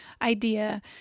idea